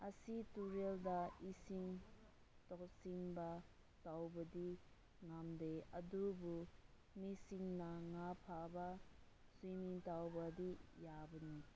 ꯑꯁꯤ ꯇꯨꯔꯦꯜꯗ ꯏꯁꯤꯡ ꯇꯣꯠꯁꯤꯟꯕ ꯇꯧꯕꯗꯤ ꯉꯝꯗꯦ ꯑꯗꯨꯕꯨ ꯃꯤꯁꯤꯡꯅ ꯉꯥ ꯐꯥꯕ ꯁꯤꯡ ꯇꯧꯕꯗꯤ ꯌꯥꯕꯅꯤ